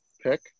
pick